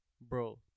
bro